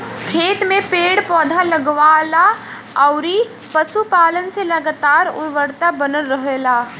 खेत में पेड़ पौधा, लगवला अउरी पशुपालन से लगातार उर्वरता बनल रहेला